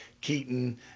Keaton